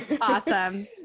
Awesome